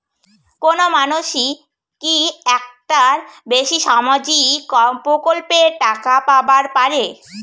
কোনো মানসি কি একটার বেশি সামাজিক প্রকল্পের টাকা পাবার পারে?